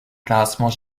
classement